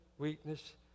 weakness